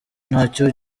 ntacyo